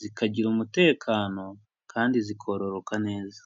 zikagira umutekano kandi zikororoka neza.